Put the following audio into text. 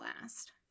last